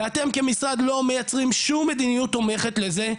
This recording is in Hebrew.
ואתם כמשרד לא מייצרים שום מדיניות תומכת לזה,